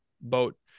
boat